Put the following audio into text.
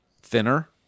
thinner